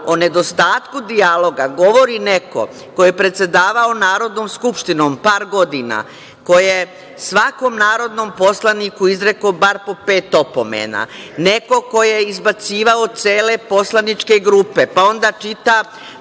o nedostatku dijaloga govori neko ko je predsedavao Narodnom skupštinom par godina, ko je svakom narodnom poslaniku izrekao bar po pet opomena, neko ko je izbacivao cele poslaničke grupe, pa onda čita,